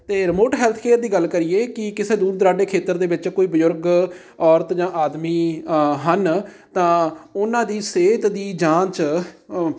ਅਤੇ remote healthcare ਦੀ ਗੱਲ ਕਰੀਏ ਕਿ ਕਿਸੇ ਦੂਰ ਦੁਰਾਡੇ ਖੇਤਰ ਦੇ ਵਿੱਚ ਕੋਈ ਬਜ਼ੁਰਗ ਔਰਤ ਜਾਂ ਆਦਮੀ ਹਨ ਤਾਂ ਉਹਨਾਂ ਦੀ ਸਿਹਤ ਦੀ ਜਾਂਚ